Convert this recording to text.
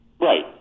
Right